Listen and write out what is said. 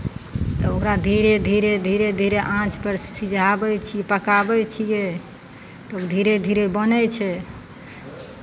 तऽ ओकरा धीरे धीरे धीरे धीरे आँचपर सिझाबै छियै पकाबै छियै तऽ ओ धीरे धीरे बनै छै